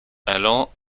allant